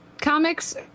comics